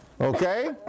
Okay